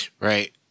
Right